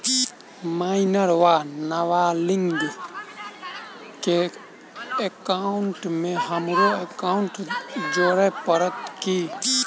Minor वा नबालिग केँ एकाउंटमे हमरो एकाउन्ट जोड़य पड़त की?